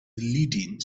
leading